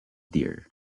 deer